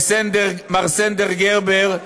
למר סנדר גרבר,